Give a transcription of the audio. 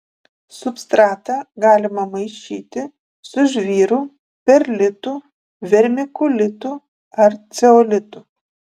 substratą galima maišyti su žvyru perlitu vermikulitu ar ceolitu